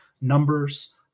numbers